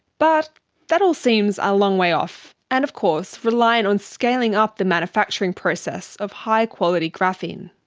but that all seems a long way off, and of course reliant on scaling up the manufacturing process of high-quality graphene.